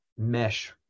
Mesh